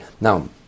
Now